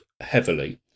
heavily